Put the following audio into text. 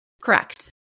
Correct